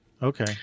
Okay